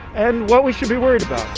and what we should be worried